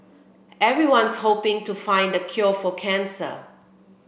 everyone's hoping to find the cure for cancer